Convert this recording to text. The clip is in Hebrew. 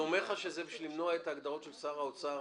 הוא אומר לך שזה בשביל למנוע את ההגדרות של שר האוצר.